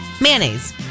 Mayonnaise